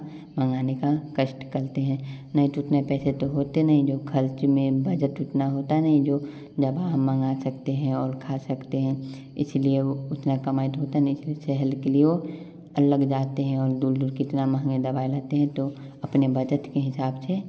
मंगाने का कष्ट करते हैं नहीं तो उतने पैसे होते नहीं है जो खर्च में बजट उतना होता नहीं है जो दवा हम मंगा सकते हैं और खा सकते हैं इसलिए वे उतना कमाई तो होता नहीं इसीलिए शहर के लिए वे अलग जाते हैं और दूर दूर इतना महंगा दवाई लाते हैं तो अपने बजट के हिसाब से